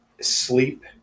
sleep